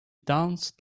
danced